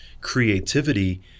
creativity